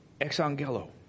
exangelo